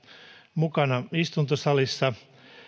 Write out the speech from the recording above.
mukana istuntosalissa